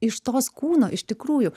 iš tos kūno iš tikrųjų